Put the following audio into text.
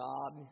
God